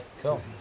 cool